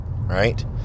right